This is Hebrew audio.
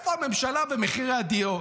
איפה הממשלה במחירי הדירות?